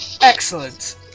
Excellent